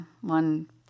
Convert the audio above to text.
one